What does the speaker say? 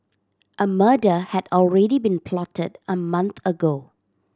a murder had already been plotted a month ago